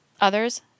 Others